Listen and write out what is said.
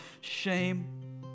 shame